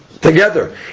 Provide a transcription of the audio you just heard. together